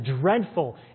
dreadful